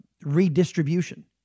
redistribution